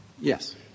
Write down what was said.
Yes